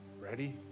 ready